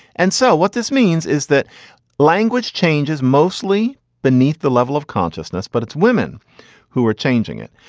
and so what this means is that language changes mostly beneath the level of consciousness, but it's women who are changing it.